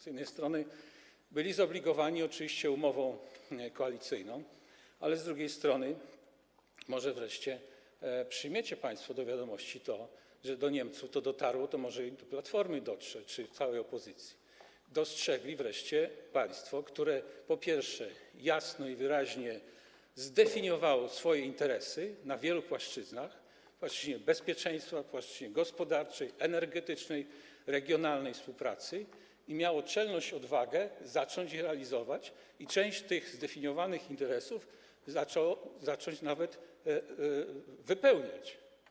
Z jednej strony byli oczywiście zobligowani umową koalicyjną, ale z drugiej strony może wreszcie przyjmiecie państwo do wiadomości to, że do Niemców to dotarło, i może dotrze to do Platformy czy całej opozycji, dostrzegli wreszcie państwo, które, po pierwsze, jasno i wyraźnie zdefiniowało swoje interesy na wielu płaszczyznach, na płaszczyźnie bezpieczeństwa, na płaszczyźnie gospodarczej, energetycznej, regionalnej współpracy i miało czelność, odwagę zacząć je realizować i część tych zdefiniowanych interesów zacząć nawet wypełniać.